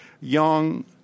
young